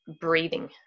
breathing